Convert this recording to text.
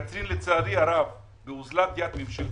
קצרין, לצערי הרב, באוזלת יד ממשלתית,